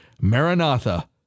Maranatha